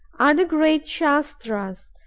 are the great shastras,